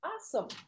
Awesome